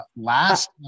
last